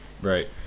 Right